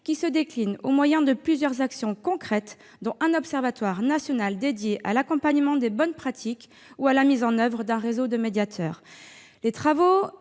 qui se décline au moyen de plusieurs actions concrètes, dont un observatoire national dédié à l'accompagnement des bonnes pratiques ou la mise en oeuvre d'un réseau de médiateurs. Les travaux